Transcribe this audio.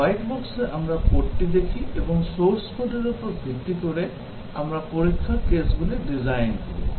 white বক্সে আমরা কোডটি দেখি এবং source কোডের উপর ভিত্তি করে আমরা পরীক্ষার কেসগুলি ডিজাইন করি